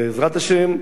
בעזרת השם,